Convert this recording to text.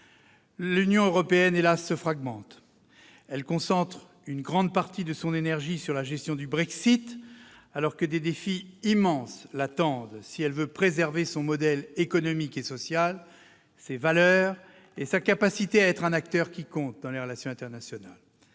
L'Union européenne, hélas ! se fragmente ; elle concentre une grande partie de son énergie sur la gestion du Brexit, alors que des défis immenses l'attendent si elle veut préserver son modèle économique et social, ses valeurs et sa capacité à être un acteur qui compte dans les relations internationales.